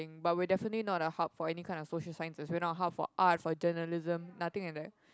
but we are definitely not a hub for any kind of social science as we are not a hub for art for journalism nothing like that